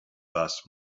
thus